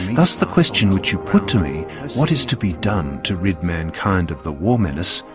thus the question which you put to me what is to be done to rid mankind of the war menace,